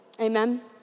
amen